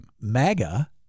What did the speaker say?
MAGA